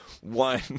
one